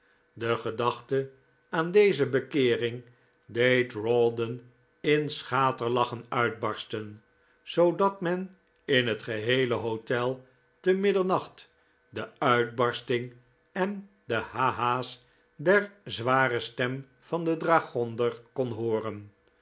de gedachte aan deze bekeering deed rawdon in schaterlachen uitbarsten zoodat men in het geheele hotel te middernacht de uitbarsting en de ha has der zware stem van den dragonder kon hooren